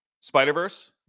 spider-verse